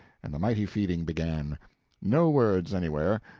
and the mighty feeding began no words anywhere,